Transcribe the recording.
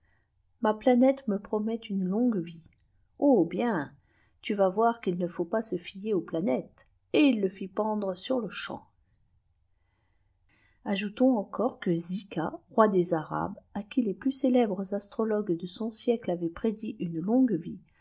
ma planète me promet une longue vie oh bieni tu vas voir qu'il ne faut pas se fier aux planètes et il le fit pendre sur-le-champ ajoutons encore que zica roi des arabes à qui les plus célèbres astrologues de son siècle avaient prédit une longue vie